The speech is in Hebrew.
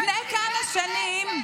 לפני כמה שנים,